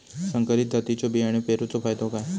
संकरित जातींच्यो बियाणी पेरूचो फायदो काय?